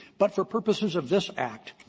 but for purposes of this act,